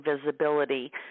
visibility